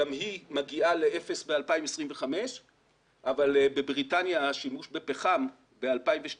גם היא מגיעה לאפס ב-2025 אבל בבריטניה השימוש בפחם ב-2012